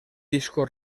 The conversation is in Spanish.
disco